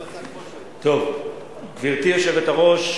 גברתי היושבת-ראש,